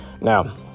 now